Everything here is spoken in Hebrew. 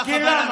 ככה בא לנו.